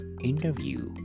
interview